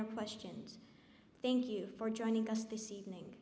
your questions thank you for joining us this evening